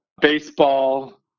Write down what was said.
baseball